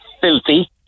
filthy